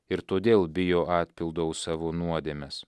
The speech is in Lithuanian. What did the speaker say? ir todėl bijo atpildo už savo nuodėmes